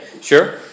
sure